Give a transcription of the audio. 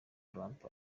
trump